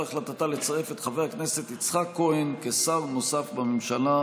החלטתה לצרף את חבר הכנסת יצחק כהן כשר נוסף בממשלה.